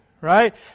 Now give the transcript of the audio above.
Right